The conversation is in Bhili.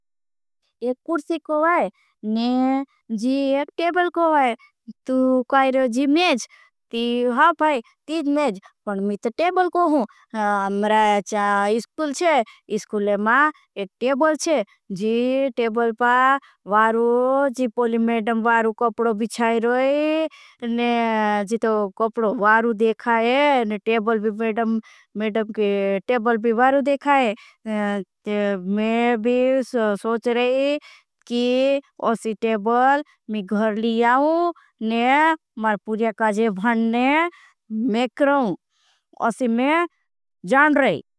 एक कुर्सी को वाई जी एक टेबल को वाई तु काईरो जी मेज ती हाँ। भाई ती जी मेज पण मी ते टेबल को हूँ मरा चा। स्कुल है इस्कुल मा एक टेबल है जी टेबल पड़ वारू जी पोली मेडम। वारू कोप्ड़ो भिचाय रही जी तो कोप्ड़ो वारु देखाए। और टेबल भी वारु देखाए ति मे भी सोच रही कि। ऐसी टेबल में घर लियाओं मारे पुर्या का जेवन मैं करूँ असी मैं जान रही।